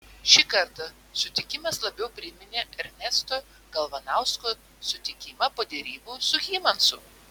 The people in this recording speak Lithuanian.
šį kartą sutikimas labiau priminė ernesto galvanausko sutikimą po derybų su hymansu